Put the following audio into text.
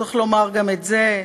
צריך לומר גם את זה,